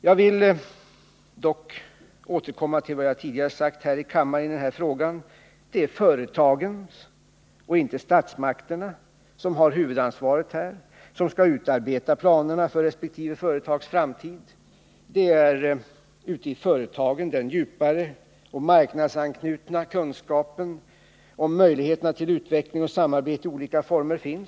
Jag vill dock återkomma till vad jag tidigare sagt här i kammaren i den här frågan, nämligen att det är företagens och inte statsmakternas sak att utarbeta planerna för resp. företags framtid. Det är ute i företagen den djupare och marknadsanknutna kunskapen om möjligheterna till utveckling och samarbete i olika former finns.